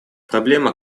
проблема